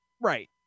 Right